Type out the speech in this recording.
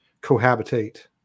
cohabitate